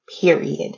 Period